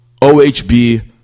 OHB